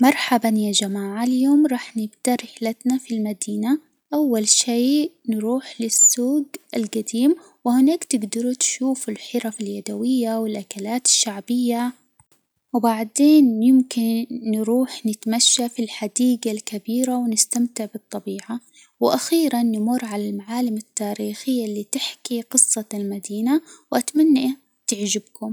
مرحباً يا جماعة، اليوم راح نبدأ رحلتنا في المدينة، أول شي نروح للسوج الجديم، وهناك تجدروا تشوفوا الحرف اليدوية والأكلات الشعبية، وبعدين يمكن نروح نتمشى في الحديجة الكبيرة ونستمتع بالطبيعة، وأخيراً نمر على المعالم التاريخية اللي تحكي جصة المدينة، وأتمنى تعجبكم.